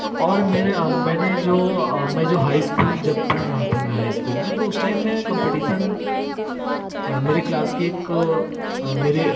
तो और मेरे मैंने जो मैं जो हाई स्कूल जब पढ़ रहा था मैं हाई स्कूल में तो उस टाइम में कम्पटीसन मेरे क्लास की एक मेरे